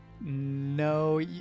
No